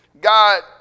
God